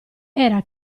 era